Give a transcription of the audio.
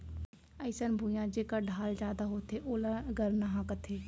अइसन भुइयां जेकर ढाल जादा होथे ओला गरनहॉं कथें